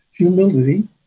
humility